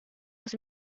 los